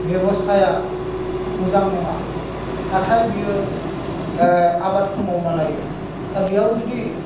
बेब'स्थाया मोजां नङा नाथाय बियो आबादखौ मावना लायो दा बेयाव जुदि